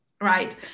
Right